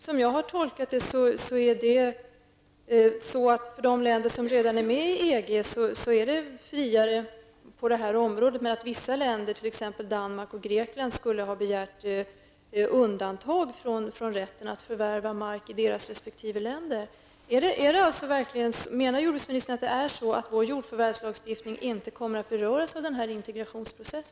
Som jag tolkat det hela är regleringen friare på detta område i de länder som redan är med i EG, medan vissa länder, t.ex. Danmark och Grekland, har begärt undantag från rätten att förvärva mark i deras resp. länder. Menar jordbruksministern att vår jordförvärvslagstiftning inte kommer att beröras av denna integrationsprocess?